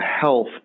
health